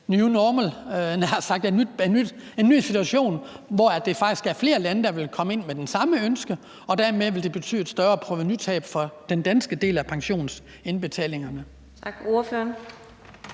en ny situation, hvor det faktisk er flere lande, der vil komme ind med det samme ønske, og hvor det dermed vil betyde et større provenutab for den danske del af pensionsindbetalingerne.